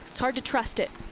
hard to trust it.